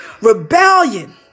Rebellion